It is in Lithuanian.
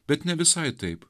bet ne visai taip